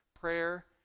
prayer